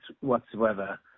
whatsoever